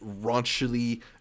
raunchily